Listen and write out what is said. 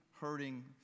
hurting